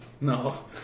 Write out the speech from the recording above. No